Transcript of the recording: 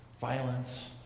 Violence